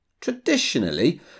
Traditionally